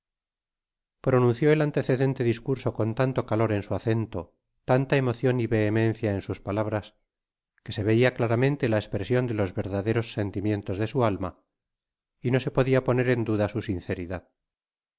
pronunció el antecedente discurso con tanto calor en su acento tanta emocion y vehemencia en sus palabras que se veia claramente la espresion de los verdaderos sentimientos de su alma y no se podia poner en duda su sinceridad